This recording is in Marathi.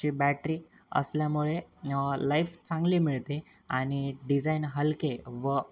ची बॅटरी असल्यामुळे लाईफ चांगली मिळते आणि डिझाईन हलके व